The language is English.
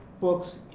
books